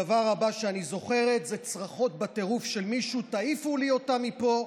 הדבר הבא שאני זוכרת זה צרחות בטירוף של מישהו: תעיפו לי אותה מפה,